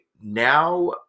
now